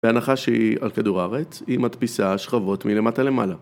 בהנחה שהיא על כדור הארץ, היא מדפיסה שכבות מלמטה למעלה